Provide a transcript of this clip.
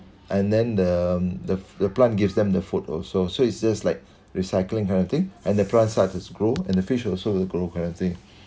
and then the the the plant gives them the food also so it's just like recycling kind of thing and the plants starts to grow and the fish also grow kind of thing